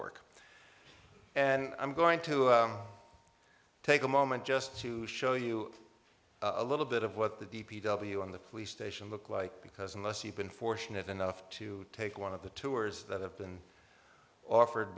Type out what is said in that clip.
work and i'm going to take a moment just to show you a little bit of what the d p w on the police station look like because unless you've been fortunate enough to take one of the tours that have been offered